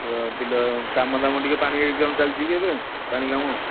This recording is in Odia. ବିଲ କାମ ଦାମ ପାଣି କାମ ଟିକିଏ ଚାଲିଚିକି ଏବେ ପାଣି କାମ